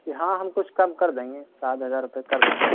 ہاں ہم کچھ کم کر دیں گے سات ہزار روپے کر دیں گے